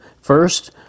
First